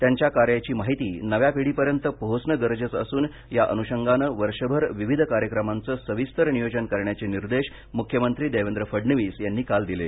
त्यांच्या कार्याची माहिती नव्या पिढीपर्यंत पोहोचण गरजेचं असून त्या अनुषंगानं वर्षभर विविध कार्यक्रमांचं सविस्तर नियोजन करण्याचे निर्देश मुख्यमंत्री देवेंद्र फडणवीस यांनी काल दिले